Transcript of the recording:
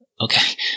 Okay